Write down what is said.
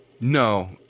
No